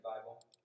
Bible